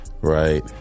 right